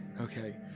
Okay